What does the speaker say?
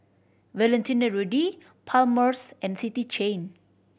Valentino Rudy Palmer's and City Chain